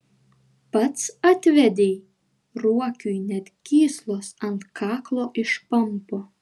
pats atvedei ruokiui net gyslos ant kaklo išpampo